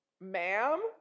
Ma'am